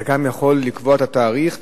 אתה גם יכול לקבוע את התאריך,